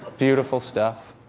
beautiful stuff.